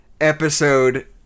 episode